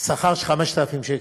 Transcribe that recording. שכר של 5,000 שקל.